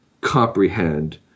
comprehend